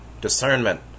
discernment